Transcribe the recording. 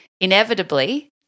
inevitably